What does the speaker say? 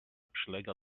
przylega